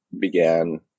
began